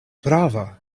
prava